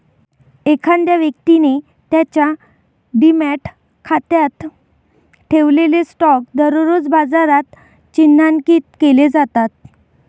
एखाद्या व्यक्तीने त्याच्या डिमॅट खात्यात ठेवलेले स्टॉक दररोज बाजारात चिन्हांकित केले जातात